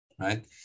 right